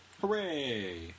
Hooray